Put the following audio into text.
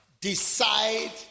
decide